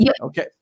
Okay